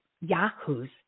yahoos